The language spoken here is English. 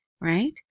right